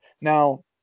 Now